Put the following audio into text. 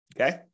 Okay